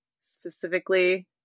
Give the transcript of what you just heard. specifically